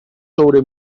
sobre